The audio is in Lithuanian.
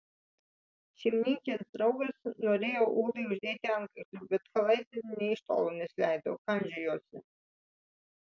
šeimininkės draugas norėjo ūlai uždėti antkaklį bet kalaitė nė iš tolo nesileido kandžiojosi